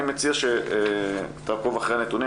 אני מציע שתעקוב אחרי הנתונים,